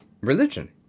religion